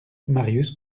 marius